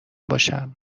باشم